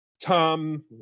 Tom